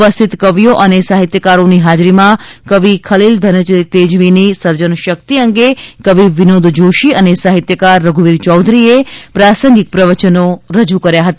ઉપસ્થિત કવિઓ અને સાહિત્યકારોની હાજરીમાં કવિ ખલિલ ધનતેજવીની સર્જનશક્તિ અંગે કવિ વિનોદ જોશી અને સાહિત્યકાર રધુવીર ચૌધરીએ પ્રાસંગિક પ્રવચનો રજૂ કર્યા હતા